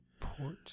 Port